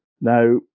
Now